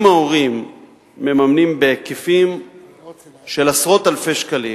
אם ההורים מממנים בהיקפים של עשרות אלפי שקלים,